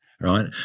right